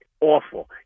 awful